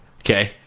Okay